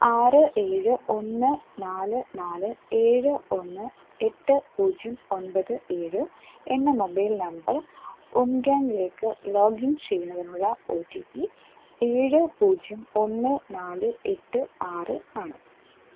ആറ് ഏഴ് ഒന്ന് നാല് നാല് ഏഴ് ഒന്ന് എട്ട് പൂജ്യം ഒൻപത് ഏഴ് എന്ന മൊബൈൽ നമ്പർ ഉംഗാങ്ങിലേക്ക് ലോഗിൻ ചെയ്യുന്നതിനുള്ള ഒ ടി പി ഏഴ് പൂജ്യം ഒന്ന് നാല് എട്ട് ആറ് ആണ്